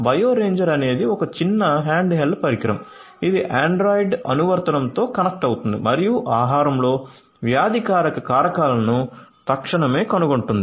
bio ranger అనేది ఒక చిన్న హ్యాండ్హెల్డ్ పరికరం ఇది ఆండ్రాయిడ్ అనువర్తనంతో కనెక్ట్ అవుతుంది మరియు ఆహారంలో వ్యాధికారక కారకాలను తక్షణమే కనుగొంటుంది